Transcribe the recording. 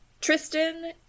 Tristan